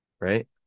right